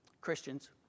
Christians